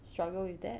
struggle with that